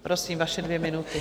Prosím, vaše dvě minuty.